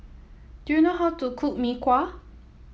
do you know how to cook Mee Kuah